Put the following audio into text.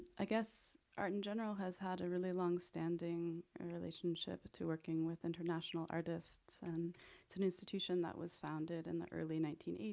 i guess art in general has had a really long-standing and relationship to working with international artists and it's an institution that was founded in and the early nineteen eighty